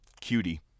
Cutie